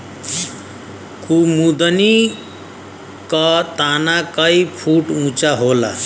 कुमुदनी क तना कई फुट ऊँचा होला